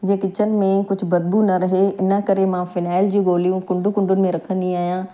जीअं किचन में कुझु बदबू न रहे इन करे मां फिनैल जी गोलियूं कुंडू कुंडुनि में रखंदी आहियां